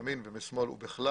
מימין ומשמאל ובכלל,